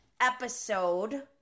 episode